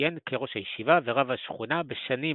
שכיהן כראש הישיבה ורב השכונה בשנים